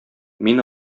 мин